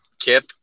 Kip